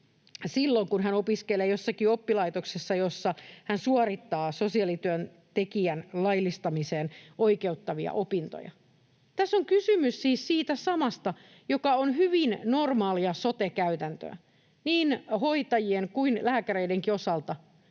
silloin, kun hän opiskelee jossakin oppilaitoksessa, jossa hän suorittaa sosiaalityöntekijän laillistamiseen oikeuttavia opintoja. Tässä on kysymys siis siitä samasta, joka on hyvin normaalia sote-käytäntöä. Niin hoitajien kuin lääkäreidenkin osalta